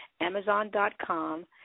Amazon.com